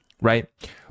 right